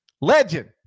Legend